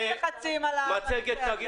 יש לחצים בנושא הזה.